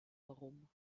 herum